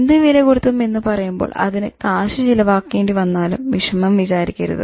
എന്ത് വില കൊടുത്തും എന്ന് പറയുമ്പോൾ അതിന് കാശ് ചെലവാക്കേണ്ടി വന്നാലും വിഷമം വിചാരിക്കരുത്